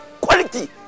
quality